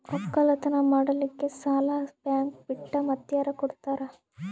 ಒಕ್ಕಲತನ ಮಾಡಲಿಕ್ಕಿ ಸಾಲಾ ಬ್ಯಾಂಕ ಬಿಟ್ಟ ಮಾತ್ಯಾರ ಕೊಡತಾರ?